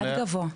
המדד גבוה.